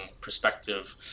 perspective